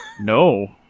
No